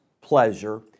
pleasure